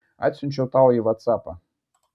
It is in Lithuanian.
atsiunčiau tau į vatsapą